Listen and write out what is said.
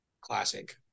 classic